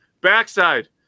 backside